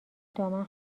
دامن